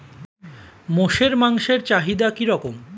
মোষের মাংসের চাহিদা কি রকম?